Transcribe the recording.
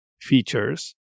features